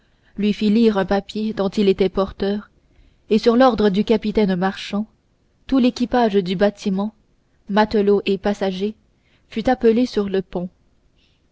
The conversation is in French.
lui fit lire un papier dont il était porteur et sur l'ordre du capitaine marchand tout l'équipage du bâtiment matelots et passagers fut appelé sur le pont